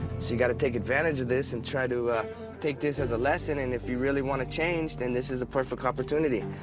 so you've got to take advantage of this and try to take this as a lesson. and if you really want to change, then this is a perfect opportunity.